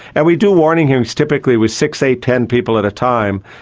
and we do warning hearings typically with six, eight, ten people at a time.